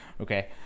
okay